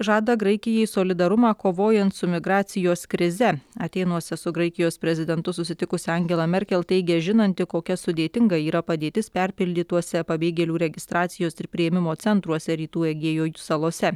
žada graikijai solidarumą kovojant su migracijos krize atėnuose su graikijos prezidentu susitikusi angela merkel teigia žinanti kokia sudėtinga yra padėtis perpildytuose pabėgėlių registracijos ir priėmimo centruose rytų egėjo salose salose